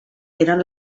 eren